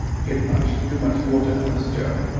get much, too much water, mass joe!